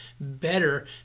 better